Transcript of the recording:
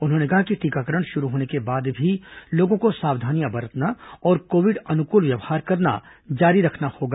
उन्होंने कहा कि टीकाकरण शुरू होने के बाद भी लोगों को सावधानियां बरतना और कोविड अनुकूल व्यवहार करना जारी रखना होगा